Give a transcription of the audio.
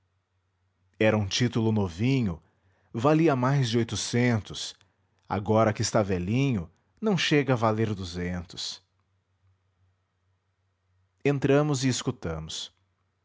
era um título novinho valia mais de oitocentos agora que está velhinho não chega a valer duzentos entramos e escutamos